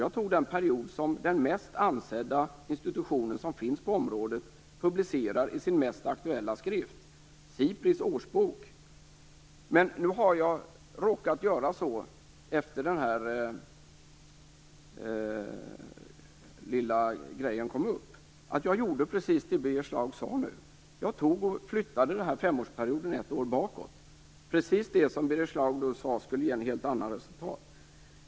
Jag tog den period som den mest ansedda institutionen som finns på området publicerar i sin mest aktuella skrift - Efter det att denna lilla grej har tagits upp, har jag gjort precis som Birger Schlaug sade, dvs. jag har flyttat femårsperioden ett år bakåt. Birger Schlaug sade att det skulle ge ett helt annat resultat.